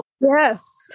Yes